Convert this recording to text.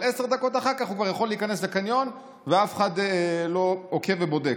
אבל עשר דקות אחר כך הוא כבר יכול להיכנס לקניון ואף אחד לא עוקב ובודק.